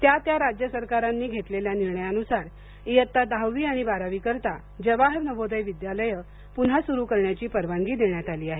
त्या त्या राज्य सरकारांनी घेतलेल्या निर्णयानुसार इयत्ता दहावी आणि बारावी करिता जवाहर नवोदय विद्यालये पुन्हा सुरु करण्याची परवानगी देण्यात आली आहे